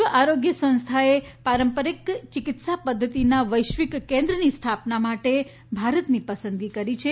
વિશ્વ આરોગ્ય સંસ્થાએ પારંપારીક ચિકિત્સા પધ્ધતિનાં વૈશ્વિક કેન્દ્રની સ્થાપનાં માટે ભારતની પસંદગી કરી છે